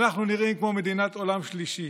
אנחנו נראים כמו מדינת עולם שלישי.